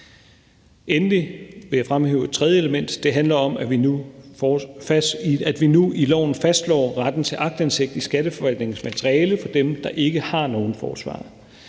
Endelig vil jeg fremhæve et tredje element. Det handler om, at vi nu i lovforslaget fastslår retten til aktindsigt i Skatteforvaltningens materiale for dem, der ikke har nogen forsvarer.